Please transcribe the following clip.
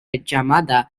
llamada